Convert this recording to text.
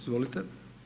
Izvolite.